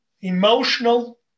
emotional